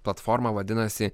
platforma vadinasi